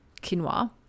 quinoa